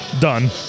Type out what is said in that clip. done